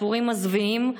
סיפורים מזוויעים,